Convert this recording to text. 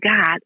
God